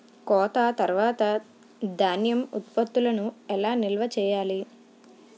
కోత తర్వాత ధాన్యం ఉత్పత్తులను ఎలా నిల్వ చేయాలి?